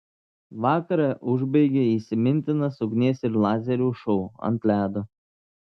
vakarą užbaigė įsimintinas ugnies ir lazerių šou ant ledo